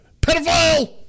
Pedophile